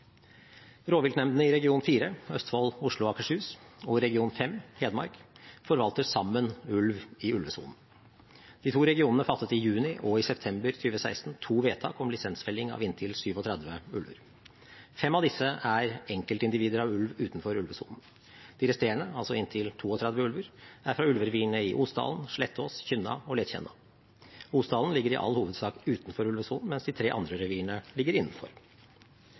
Rovviltnemndene i region 4, Østfold, Oslo og Akershus, og region 5, Hedmark, forvalter sammen ulv i ulvesonen. De to regionene fattet i juni og i september 2016 to vedtak om lisensfelling av inntil 37 ulver. Fem av disse er enkeltindivider av ulv utenfor ulvesonen. De resterende, altså inntil 32 ulver, er fra ulverevirene i Osdalen, Slettås, Kynna og Letjenna. Osdalen ligger i all hovedsak utenfor ulvesonen, mens de tre andre revirene ligger innenfor.